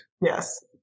Yes